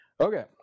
Okay